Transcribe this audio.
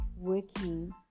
working